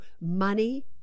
money